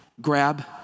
grab